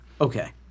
Okay